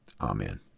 Amen